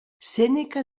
sèneca